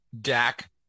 Dak